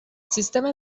سیستم